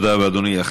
תודה רבה, אדוני.